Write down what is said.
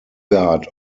guard